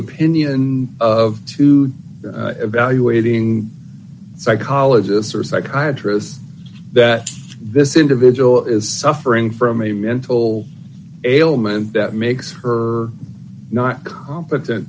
opinion of two evaluating psychologists or psychiatrists that this individual is suffering from a mental ailment that makes her not competent